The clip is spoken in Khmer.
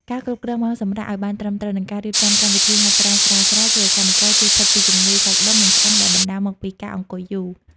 ការគ្រប់គ្រងម៉ោងសម្រាកឱ្យបានត្រឹមត្រូវ និងការរៀបចំកម្មវិធីហាត់ប្រាណស្រាលៗ ជួយឱ្យកម្មករជៀសផុតពីជំងឺសាច់ដុំ និងឆ្អឹងដែលបណ្ដាលមកពីការអង្គុយយូរ។